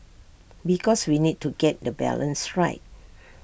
because we need to get the balance right